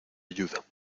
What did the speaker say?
ayuda